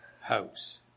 house